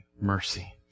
mercy